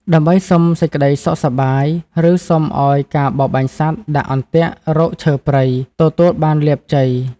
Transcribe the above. ដើម្បីសុំសេចក្តីសុខសប្បាយ ឬ សុំឱ្យការបរបាញ់សត្វ ដាក់អន្ទាក់ រកឈើព្រៃ ទទួលបានលាភជ័យ។